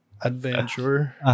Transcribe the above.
adventure